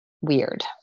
weird